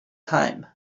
time